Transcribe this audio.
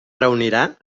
reunirà